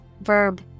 verb